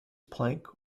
plank